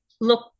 look